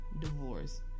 divorce